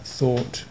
thought